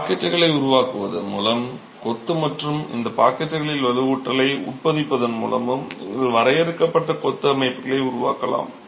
பாக்கெட்டுகளை உருவாக்குவதன் மூலமும் கொத்து மற்றும் இந்த பாக்கெட்டுகளில் வலுவூட்டலை உட்பொதிப்பதன் மூலமும் நீங்கள் வரையறுக்கப்பட்ட கொத்து அமைப்புகளை உருவாக்கலாம்